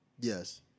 Yes